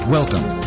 Welcome